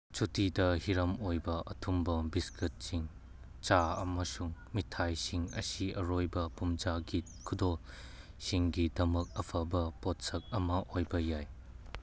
ꯁꯨꯇꯤꯗ ꯍꯤꯔꯝ ꯑꯣꯏꯕ ꯑꯊꯨꯝꯕ ꯕꯤꯁꯀꯤꯠꯁꯤꯡ ꯆꯥ ꯑꯃꯁꯨꯡ ꯃꯤꯊꯥꯏꯁꯤꯡ ꯑꯁꯤ ꯑꯔꯣꯏꯕ ꯄꯨꯡꯖꯥꯒꯤ ꯈꯨꯗꯣꯜꯁꯤꯡꯒꯤꯗꯃꯛ ꯑꯐꯕ ꯄꯣꯠꯁꯛ ꯑꯃ ꯑꯣꯏꯕ ꯌꯥꯏ